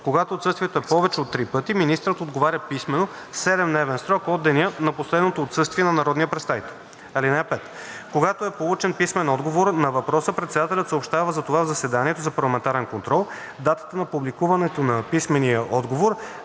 Когато отсъствието е повече от три пъти, министърът отговаря писмено в 7-дневен срок от деня на последното отсъствие на народния представител. (5) Когато е получен писмен отговор на въпроса, председателят съобщава за това в заседанието за парламентарен контрол. Датата на публикуването на писмения отговор